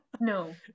No